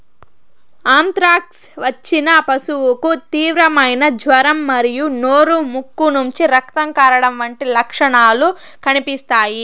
anthrax వచ్చిన పశువుకు తీవ్రమైన జ్వరం మరియు నోరు, ముక్కు నుంచి రక్తం కారడం వంటి లక్షణాలు కనిపిస్తాయి